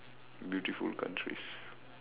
beautiful countries